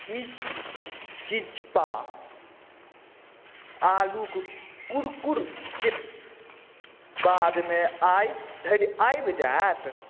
की चिज़्ज़पा आलूक कुरकुर चिप्स बादमे आइ धरि आबि जाएत